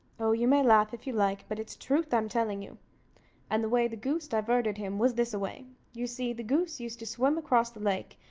oh, you may laugh, if you like, but it's truth i'm telling you and the way the goose diverted him was this-a-way you see, the goose used to swim across the lake,